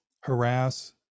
harass